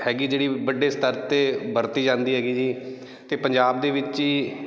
ਹੈਗੀ ਜਿਹੜੀ ਵੱਡੇ ਸਤਰ 'ਤੇ ਵਰਤੀ ਜਾਂਦੀ ਹੈਗੀ ਜੀ ਅਤੇ ਪੰਜਾਬ ਦੇ ਵਿੱਚ ਹੀ